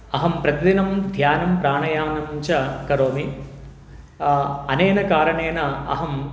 अहं प्रतिदिनं ध्यानं प्राणयामं च करोमि अनेन कारणेन अहम्